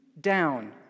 down